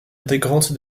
intégrante